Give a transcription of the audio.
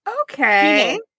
Okay